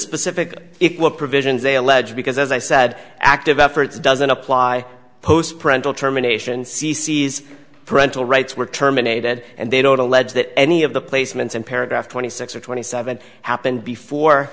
specific provisions they allege because as i said active efforts doesn't apply post parental to emanations cc's parental rights were terminated and they don't allege that any of the placements in paragraph twenty six or twenty seven happened before